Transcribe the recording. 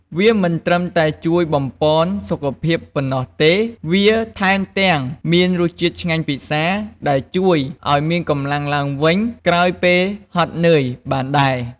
វាមិនត្រឹមតែជួយបំប៉នសុខភាពប៉ុណ្ណោះទេ វាថែមទាំងមានរសជាតិឆ្ងាញ់ពិសា ដែលជួយឱ្យមានកម្លាំងឡើងវិញក្រោយពេលហត់នឿយបានដែរ។